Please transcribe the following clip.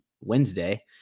Wednesday